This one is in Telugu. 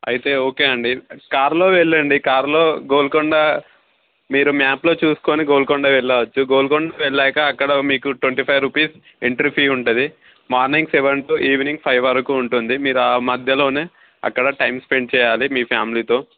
అయితే ఓకే అండి కార్లో వెళ్ళండి కార్లో గోల్కొండ మీరు మ్యాప్లో చూసుకొని గోల్కొండ వెళ్ళవచ్చు గోల్కొండ వెళ్ళాక అక్కడ మీకు twenty five rupees entry fee ఉంటుంది morning seven to evening five వరకు ఉంటుంది మీరు ఆ మధ్యలో అక్కడ టైమ్ స్పెండ్ చేయాలి మీ ఫ్యామిలీతో